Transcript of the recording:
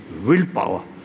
willpower